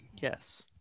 yes